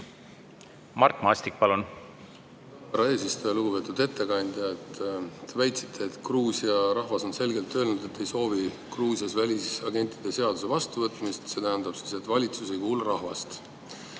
Mart Maastik, palun! Härra eesistuja! Lugupeetud ettekandja! Te väitsite, et Gruusia rahvas on selgelt öelnud, et ei soovi Gruusias välisagentide seaduse vastuvõtmist. See tähendab siis, et valitsus ei kuula rahvast.